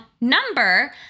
number